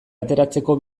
ateratzeko